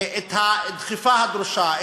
את הדחיפה הדרושה,